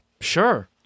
Sure